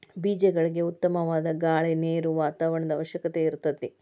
ಬೇಜಗಳಿಗೆ ಉತ್ತಮವಾದ ಗಾಳಿ ನೇರು ವಾತಾವರಣದ ಅವಶ್ಯಕತೆ ಇರತತಿ